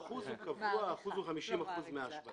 האחוז קבוע והוא 50 מההשבחה.